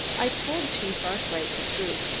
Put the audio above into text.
i told chief arkwright the truth,